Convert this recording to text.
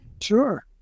Sure